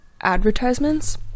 advertisements